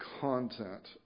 content